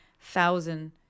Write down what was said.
thousand